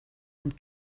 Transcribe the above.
und